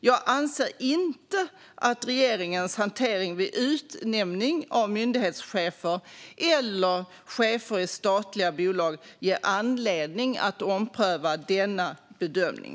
Jag anser inte att regeringens hantering vid utnämning av myndighetschefer eller chefer i statliga bolag ger anledning att ompröva denna bedömning.